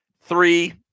three